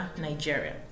Nigeria